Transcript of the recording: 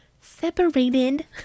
separated